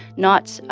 not,